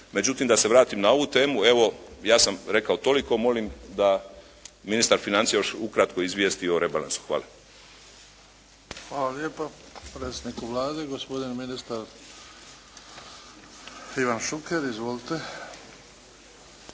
Međutim, da se vratim na ovu temu, evo ja sam rekao toliko. Molim da ministar financija još ukratko izvijesti o rebalansu. Hvala. **Bebić, Luka (HDZ)** Hvala lijepa predsjedniku Vlade, gospodin ministar Ivan Šuker. Izvolite.